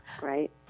right